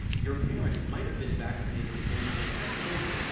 your parents might have been vaccinated against it as children,